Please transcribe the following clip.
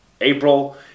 April